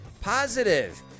positive